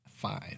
Five